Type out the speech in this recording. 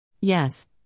Yes